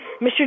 Mr